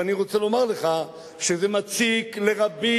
ואני רוצה לומר לך שזה מציק לרבים,